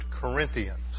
Corinthians